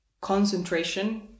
concentration